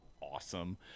awesome